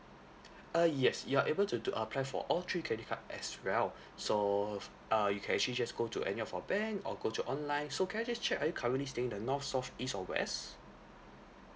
uh yes you are able to do uh apply for all three credit card as well so uh you can actually just go to any of our bank or go to online so can I just check are you currently staying in the north south east or west